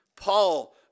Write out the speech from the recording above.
Paul